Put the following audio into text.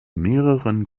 mehreren